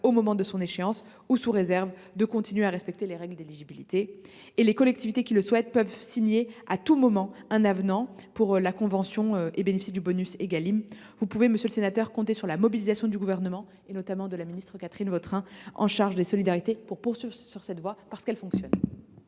au moment de son échéance, sous réserve de continuer à respecter les critères d’éligibilité. Les collectivités qui le souhaitent peuvent signer à tout moment un avenant à la convention en cours pour bénéficier du bonus Égalim. Vous pouvez, monsieur le sénateur, compter sur la mobilisation du Gouvernement, notamment de la ministre Catherine Vautrin, qui est chargée des solidarités, pour poursuivre sur cette voie, parce qu’elle fonctionne